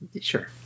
Sure